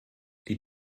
die